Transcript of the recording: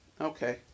Okay